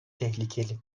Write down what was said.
tehlikeli